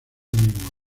mismo